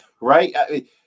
Right